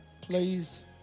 Please